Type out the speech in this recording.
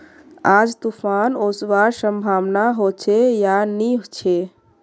आज तूफ़ान ओसवार संभावना होचे या नी छे?